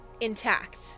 intact